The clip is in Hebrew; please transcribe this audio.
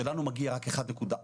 סוגיה ראשונה היא נוגעת לתקרות.